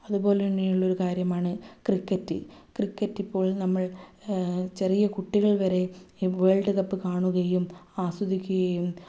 അതുപോലെ തന്നെയുള്ള കാര്യമാണ് ക്രിക്കറ്റ് ക്രിക്കറ്റിപ്പോൾ നമ്മൾ ചെറിയ കുട്ടികൾ വരെ ഈ വേൾഡ് കപ്പ് കാണുകയും ആസ്വദിക്കുകയും